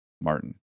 Martin